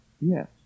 Yes